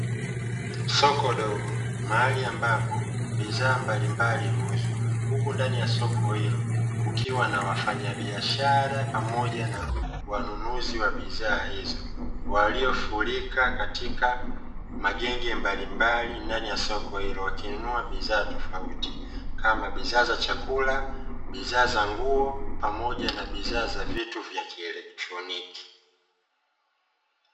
Soko dogo mahali ambapo bidhaa mbalimbali huuzwa, huku ndani ya soko hilo kukiwa na wafanyabiashara pamoja na wanunuzi wa bidhaa hizo, waliofurika katika magenge mbalimbali ndani ya soko hilo, wakinunua bidhaa tofauti kama bidhaa za chakula, bidhaa za nguo pamoja na bidhaa za vitu vya kielektroniki.